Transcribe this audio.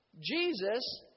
Jesus